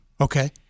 Okay